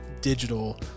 digital